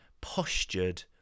postured